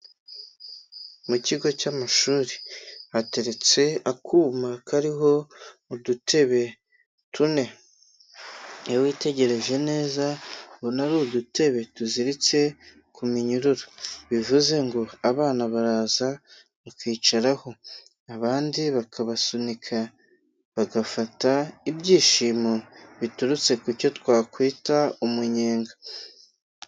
Mu kigo cy'amashuri hateretse akuma kariho udutebe tune, iyo witegereje neza ubona ari udutebe tuziritse ku minyururu bivuze ngo abana baraza bakicaraho, abandi bakabasunika bagafata ibyishimo biturutse ku cyo twakwita umunyenga.